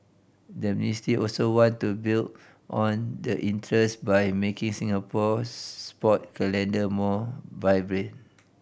the ministry also want to build on the interest by making Singapore's sport calendar more vibrant